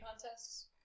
contests